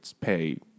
pay